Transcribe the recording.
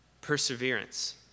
perseverance